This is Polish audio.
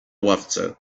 ławce